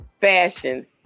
fashion